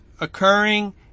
occurring